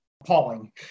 appalling